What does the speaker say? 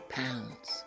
pounds